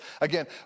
again